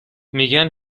میگن